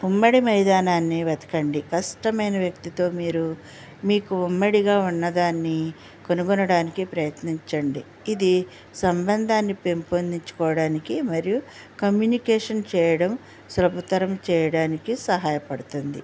ఉమ్మడి మైదానాన్ని వెతకండి కష్టమైన వ్యక్తితో మీరు మీకు ఉమ్మడిగా ఉన్నదాన్ని కనుగొనడానికి ప్రయత్నించండి ఇది సంబంధాన్ని పెంపొందించుకోవడానికి మరియు కమ్యూనికేషన్ చేయడం శ్రమతరం చేయడానికి సహాయపడుతుంది